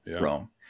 Rome